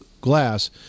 glass